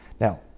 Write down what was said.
Now